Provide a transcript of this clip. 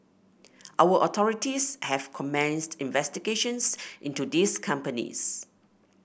our authorities have commenced investigations into these companies